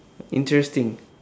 interesting